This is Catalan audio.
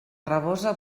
rabosa